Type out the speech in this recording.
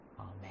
Amen